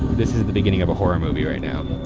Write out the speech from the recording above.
this is the beginning of a horror movie right now.